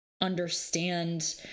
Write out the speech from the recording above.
understand